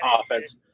offense